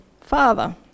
father